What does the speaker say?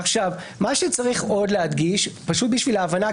מה שצריך עוד להדגיש בשביל ההבנה,